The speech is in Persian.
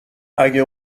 اگه